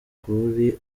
kuri